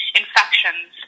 infections